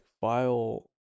file